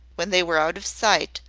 when they were out of sight,